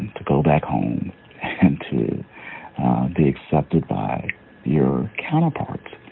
to go back home and to be accepted by your counterparts.